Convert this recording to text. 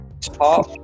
top